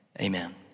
amen